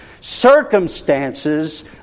circumstances